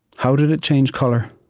how did it change colour?